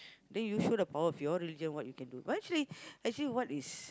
then you should have thought of your religion what you can do but actually actually what is